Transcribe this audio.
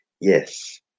yes